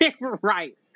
Right